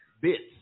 bits